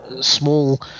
small